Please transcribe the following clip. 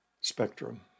spectrum